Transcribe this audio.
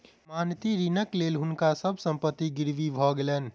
जमानती ऋणक लेल हुनका सभ संपत्ति गिरवी भ गेलैन